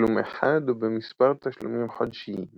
בתשלום אחד או במספר תשלומים חודשיים